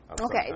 Okay